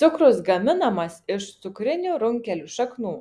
cukrus gaminamas iš cukrinių runkelių šaknų